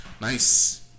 Nice